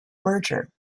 merger